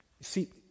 See